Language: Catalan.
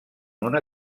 una